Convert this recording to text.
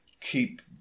Keep